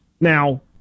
Now